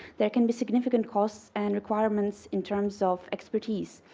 there can be significant costs and requirements in terms of expertise.